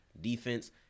defense